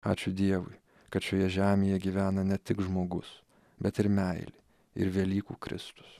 ačiū dievui kad šioje žemėje gyvena ne tik žmogus bet ir meilė ir velykų kristus